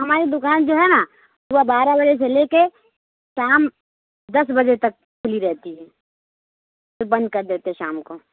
ہماری دُکان جو ہے نہ صُبح بارہ بجے سے لے کے شام دس بجے تک کُھلی رہتی ہے پھر بند کر دیتے شام کو